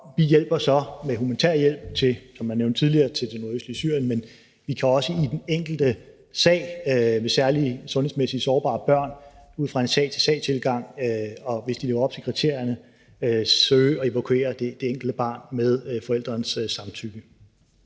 tidligere, med humanitær hjælp til det nordøstlige Syrien, men vi kan også i enkelte sager med særlig sundhedsmæssigt sårbare børn ud fra en sag til sag-tilgang, og hvis de lever op til kriterierne, søge at evakuere det enkelte barn med forælderens samtykke.